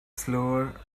slower